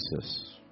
Jesus